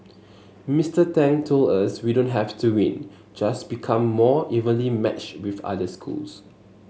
Mister Tang told us we don't have to win just become more evenly matched with other schools